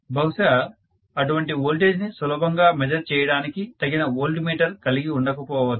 బహుశా అటువంటి వోల్టేజ్ ని సులభంగా మెజర్ చేయడానికి తగిన వోల్ట్ మీటర్ కలిగి ఉండకపోవచ్చు